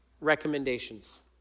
recommendations